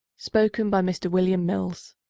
spoken by mr. william mills.